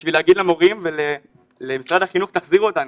בשביל להגיד למורים ולמשרד החינוך תחזירו אותנו.